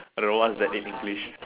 are the ones that ain't English